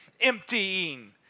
emptying